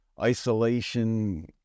isolation